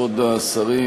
כבוד השרים,